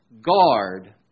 guard